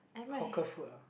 hawker food ah